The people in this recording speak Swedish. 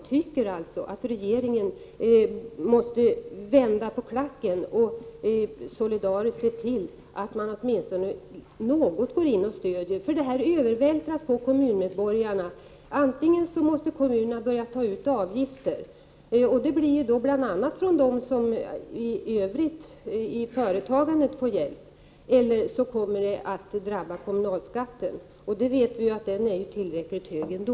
Jag tycker alltså att regeringen måste vända på klacken och solidariskt se till att staten åtminstone något går in och stöder de drabbade kommunerna. Som det nu är, övervältras kostnader på kommuninvånarna. Antingen måste kommunerna börja ta ut avgifter, bl.a. från de företag som får hjälp, eller också kommer kostnaderna att påverka kommunalskatten, och vi vet ju att den är tillräckligt hög ändå.